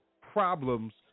problems